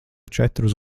četrus